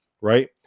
right